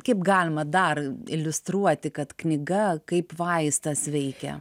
kaip galima dar iliustruoti kad knyga kaip vaistas veikia